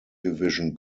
division